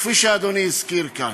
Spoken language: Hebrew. כפי שאדוני הזכיר כאן,